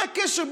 מה הקשר,